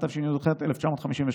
התשע"ו 2015,